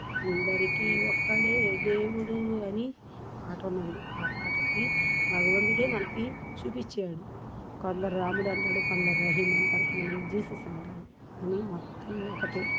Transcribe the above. అందరికీ ఒక్కడే దేవుడు అని పాటున్నది ఆ పాటకి భగవంతుడే మనకి చూపిచ్చాడు కొందరు రాముడంటాడు కొందరు రహిమంటాడు కొందరు జీసస్ అంటారు కానీ మొత్తం ఒక్కటే